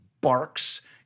Barks